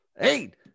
Eight